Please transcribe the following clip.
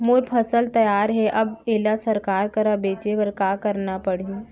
मोर फसल तैयार हे अब येला सरकार करा बेचे बर का करना पड़ही?